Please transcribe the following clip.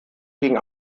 gegen